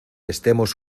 estemos